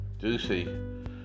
Ducey